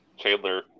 Chandler